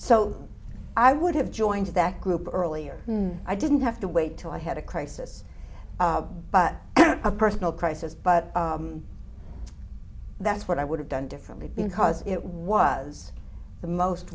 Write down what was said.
so i would have joined that group earlier i didn't have to wait till i had a crisis but a personal crisis but that's what i would have done differently because it was the most